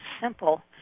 simple